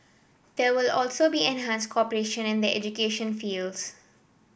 there will also be enhanced cooperation in the education fields